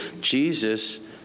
Jesus